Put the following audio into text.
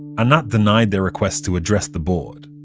anat denied their request to address the board.